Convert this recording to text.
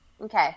okay